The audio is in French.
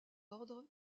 ordre